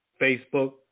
Facebook